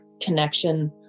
connection